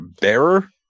Bearer